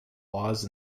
laws